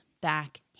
back